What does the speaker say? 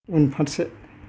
उनफारसे